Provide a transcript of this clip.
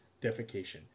defecation